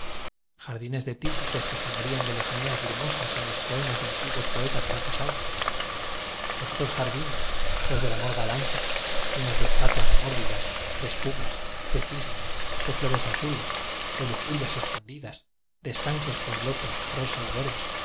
jardines de tísicos que se morían de leja nías brumosas en los poemas de antiguos poetas fracasados los otros jardines los del amor galante llenos de estatuas mórbidas de espumas de cisnes de flores azules de lujurias escondidas de estanques con lotos rosa y verde